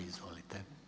Izvolite.